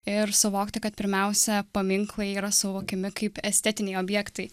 ir suvokti kad pirmiausia paminklai yra suvokiami kaip estetiniai objektai